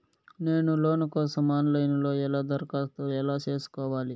నేను లోను కోసం online లో ఎలా దరఖాస్తు ఎలా సేసుకోవాలి?